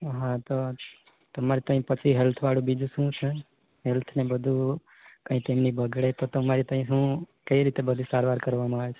હા તો તમારી તહીં પછી હેલ્થવાળું બીજું શું છે હેલ્થને બધું કંઈ તેમની બગડે તો તમારી તહીં હું કઈ રીતે બધું સારવાર કરવામાં આવે છે